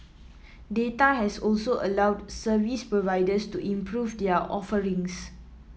data has also allowed service providers to improve their offerings